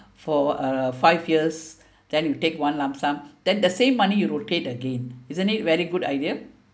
for uh five years then you take one lump sum then the same money you rotate again isn't it very good idea